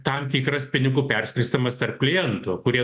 tam tikras pinigų perskirstymas tarp klientų kurie